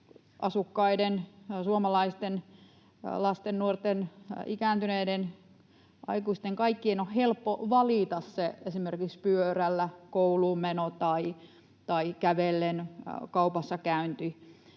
asukkaiden, suomalaisten, lasten, nuorten, ikääntyneiden, aikuisten — kaikkien — on helppo valita esimerkiksi pyörällä kouluun meno tai kävellen kaupassa käynti.